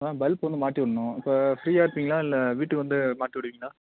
அதான் பல்ப்பு வந்து மாட்டி விடணும் இப்போ ஃப்ரீயாக இருப்பீங்களா இல்லை வீட்டுக்கு வந்து மாட்டி விடுவீங்களா